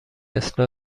اصلاح